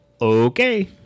Okay